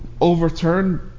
overturned